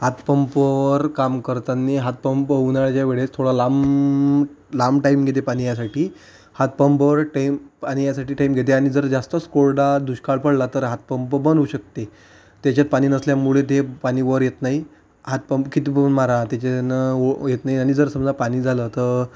हातपंपावर काम करताना हातपंप उन्हाळ्याच्या वेळेस थोडा लाम लांब टाईम घेते पाणी यायसाठी हातपंपावर टईम पाणी यायसाठी टाईम घेते आणि जर जास्तच कोरडा दुष्काळ पडला तर हातपंप बंद होऊ शकते त्याच्यात पाणी नसल्यामुळे ते पाणी वर येत नाही हातपंप कितीपण मारा त्याच्यानं येत नाही आणि जर समजा पाणी झालं तर